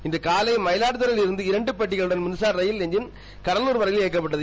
இன்று காலை மயிலாடுதறையிலிருந்து இரண்டு பொட்டிகளுடன் மின்சார ரயில் என்ஜின் கடலூர் வளா இயக்கப்பட்டது